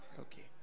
Okay